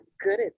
good